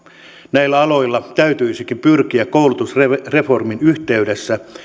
näillä aloilla täytyisikin pyrkiä koulutusreformin yhteydessä